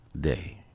day